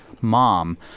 mom